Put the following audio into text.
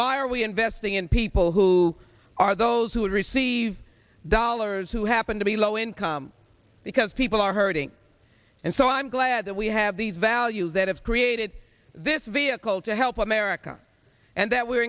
why are we investing in people who are those who receive dollars who happen to be low income because people are hurting and so i'm glad that we have these values that have created this vehicle to help america and that we